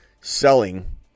selling